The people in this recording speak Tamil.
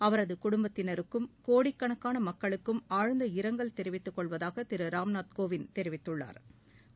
அவரது குடும்பத்தினருக்கும் கோடிக்கணக்கான மக்களுக்கும் ஆழ்ந்த இரங்கல் தெரிவித்துக் கொள்வதாக திரு ராம்நாத் கோவிந்த் தெரிவித்துள்ளாா்